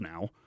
now